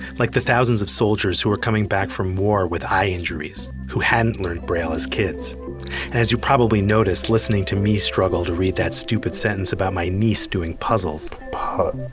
like the thousands of soldiers who were coming back from war with eye injuries who hadn't learned braille as kids. and as you probably noticed listening to me struggle to read that stupid sentence about my niece doing puzzles puh,